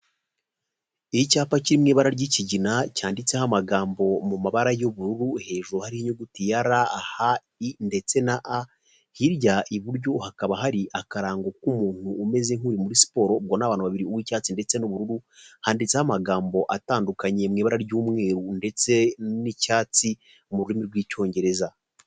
Icyapa kiri mu ibara ry'ikigina, cyanditseho amagambo mu mabara y'ubururu, hejuru hari inyuguti ya r ,h,i ndetse a, hirya iburyo hakaba hari akarango k'umuntu umeze nk'uri muri siporo ubona abantu babiri b'icyatsi ndetse n'ubururu handitseho amagambo atandukanye mu ibara ry'umweru ndetse n'icyatsi, mu rurimi rw'icyongereza.